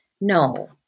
No